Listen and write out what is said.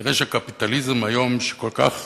כנראה שהקפיטליזם היום, שכל כך